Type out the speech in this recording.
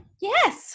Yes